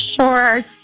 sure